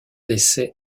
décès